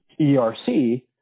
ERC